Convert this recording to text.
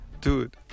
dude